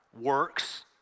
works